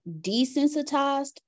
desensitized